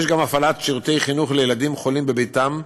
יש גם הפעלת שירותי חינוך לילדים חולים בביתם,